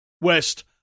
West